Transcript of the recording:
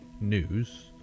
news